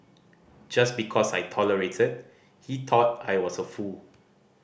just because I tolerated he thought I was a fool